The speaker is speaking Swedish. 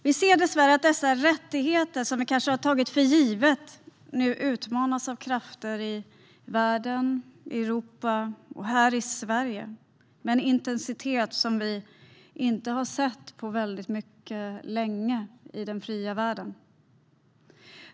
Vi ser dessvärre att dessa rättigheter, som vi kanske har tagit för givet, nu utmanas av krafter i världen, i Europa och här i Sverige med en intensitet vi inte har sett på väldigt länge i den fria världen.